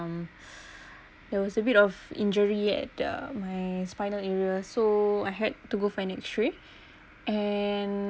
um there was a bit of injury at the my spinal area so I had to go find X-ray and